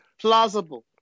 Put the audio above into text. Plausible